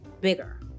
bigger